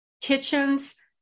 kitchens